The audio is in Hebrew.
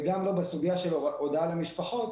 וגם לא בסוגיה של הודעה למשפחות